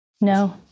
No